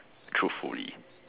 truthfully